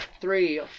three